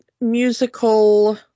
musical